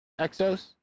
Exos